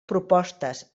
propostes